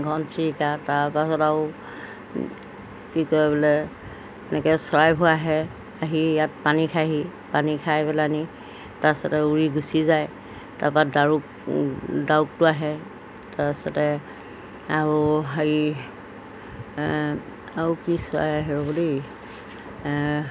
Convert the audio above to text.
ঘনচিৰিকা তাৰপাছত আৰু কি কয় বোলে এনেকৈ চৰাইবোৰ আহে আহি ইয়াত পানী খাইহি পানী খাই পেলাহেনি তাৰপাছতে উৰি গুচি যায় তাৰপৰা ডাউক ডাউকটো আহে তাৰপাছতে আৰু হেৰি আৰু কি চৰাই আহে ৰ'ব দেই